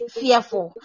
fearful